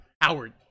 Howard